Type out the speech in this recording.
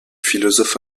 philosophe